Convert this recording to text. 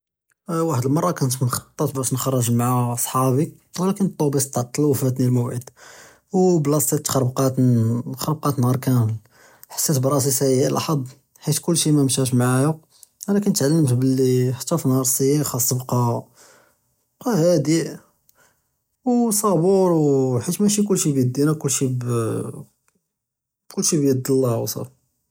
וַחְד אֶלְמַרַה כּוֹנְת מְחַ'טַּט בַּאש נְחְרֶג מְעַא Ṣְחַבִּי וְלָקִין טוֹבִּיס תְּעַטֵּל וּפַאתְנִי אֶלְמוּעַד וּבְלַאסַה תְּחַרְבְּקַאת תְּחַרְבְּקַאת נְהַאר כָּמֵל אַה חַסִית בְּרַאסִי סִיֵּא לִחַצְתּ בְּחִית כֻּלְשִׁי מַאם מַשַּׁאש מְעַאִּי, אַנַא כַּנְתְעַלֵּםְת בְּלִי ḥַתִּי פִּלְנְהַאר אֶסִּיֵּא חַאṣּ תִּبְקּא אַה אַה הַדֵּא וְصְבּוּר חִיַת מַשִּי כֻּלְשִׁי בְּידֵינَا כֻּלְשִׁי בְּיד אַה כֻּלְשִׁי בְּיד אֱלָה וְצַ'אפִי.